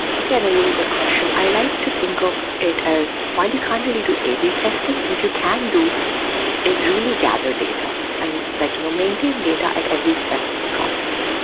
okay, and a really good question. i like to think of it as while you can't really do a b testing, what you can do is really gather data and like you know maintain data at every step of the process.